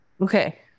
Okay